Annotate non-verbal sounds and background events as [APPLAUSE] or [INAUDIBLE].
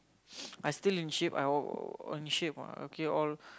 [NOISE] I still in shape I I on shape [what] okay all